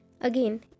Again